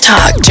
Talk